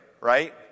right